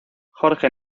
jorge